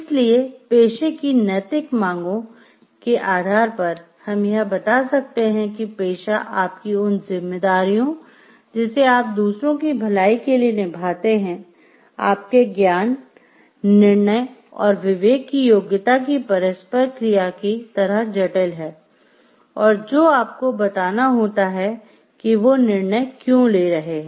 इसलिए पेशे की "नैतिक मांगों" क्रिया की तरह जटिल है और जो आपको बताना होता है कि वो निर्णय क्यों ले रहे हैं